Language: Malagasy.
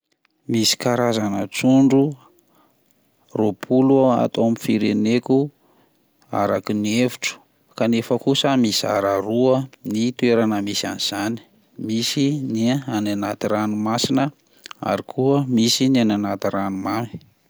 Misy karazana trondro roapolo ato amin'ny fireneko araka ny hevitro kanefa kosa mizara roa ny toerana misy an'izany, misy ny any anaty ranomasina ary koa misy ny anaty ranomamy.